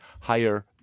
higher